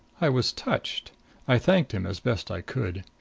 i was touched i thanked him as best i could.